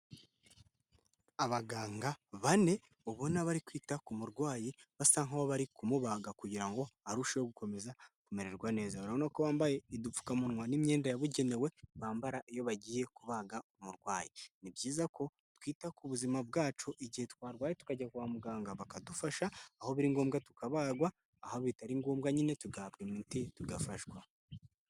Abaganga bane ubona bari kwita ku murwayi basa nk'aho bari kumubaga kugira ngo arusheho gukomeza kumererwa neza. Urabona ko bambaye udupfukamunwa n'imyenda yabugenewe bambara iyo bagiye kubaga umurwayi. Ni byiza ko twita ku buzima bwacu igihe twarwaye tukajya kwa muganga bakadufasha aho biri ngombwa tukabagwa aho bitari ngombwa nyine tugahabwa imiti tugafashwa.